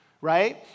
right